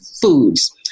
foods